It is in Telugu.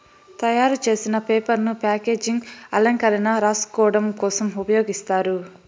తయారు చేసిన పేపర్ ను ప్యాకేజింగ్, అలంకరణ, రాసుకోడం కోసం ఉపయోగిస్తారు